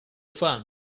fun